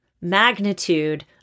magnitude